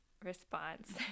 response